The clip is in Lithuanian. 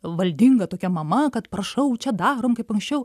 valdinga tokia mama kad prašau čia darom kaip anksčiau